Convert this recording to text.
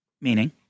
Meaning